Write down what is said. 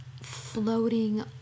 floating